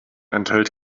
enthält